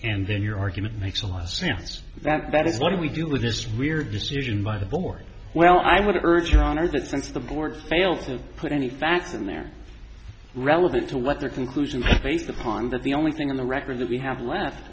and then your argument makes a lot of sense that that is what do we do with this weird decision by the board well i would urge your honor that since the board failed to put any facts in there relative to what their conclusions based upon that the only thing in the record that we have left